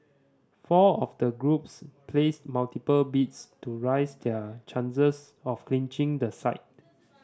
four of the groups placed multiple bids to rise their chances of clinching the site